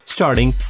Starting